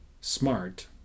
smart